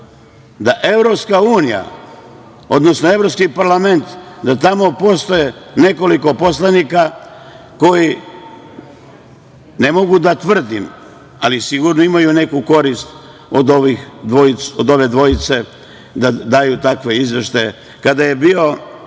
da znaju da EU, odnosno Evropski parlament, da tamo postoji nekoliko poslanika koji, ne mogu da tvrdim, ali sigurno imaju neku korist od ove dvojice da daju takve izveštaje. Kada je bio